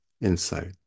insight